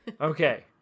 okay